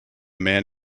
man